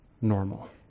normal